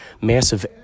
massive